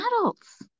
adults